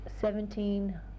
seventeen